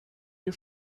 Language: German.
dir